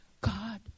God